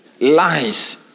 lies